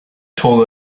told